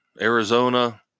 Arizona